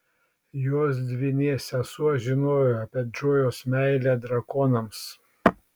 jos dvynė sesuo žinojo apie džojos meilę drakonams